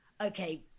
okay